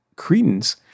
credence